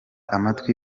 amatwi